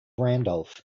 randolph